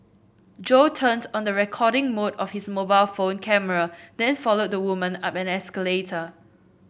Jo turned on the recording mode of his mobile phone camera then followed the woman up an escalator